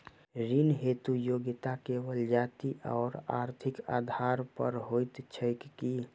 ऋण हेतु योग्यता केवल जाति आओर आर्थिक आधार पर होइत छैक की?